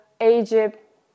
Egypt